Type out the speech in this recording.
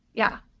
yeah.